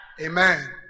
Amen